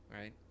right